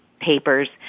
papers